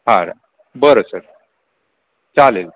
बरं बरं सर चालेल